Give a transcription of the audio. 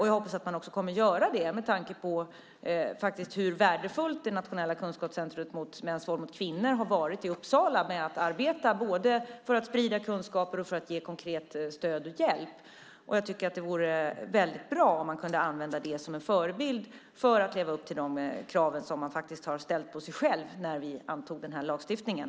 Jag hoppas att man också kommer att göra det med tanke på hur värdefullt Nationellt centrum för kunskap om mäns våld mot kvinnor har varit i Uppsala, både för arbetet med att sprida kunskaper och för att ge konkret stöd och hjälp. Det vore väldigt bra om man kunde använda detta som en förebild för att leva upp till de krav vi ställde på oss själva när vi antog lagstiftningen.